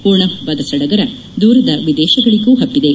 ಓಣಂ ಹಬ್ಬದ ಸಡಗರ ದೂರದ ವಿದೇಶಗಳಿಗೂ ಹಬ್ಬಿದೆ